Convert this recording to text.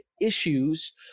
issues